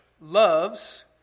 loves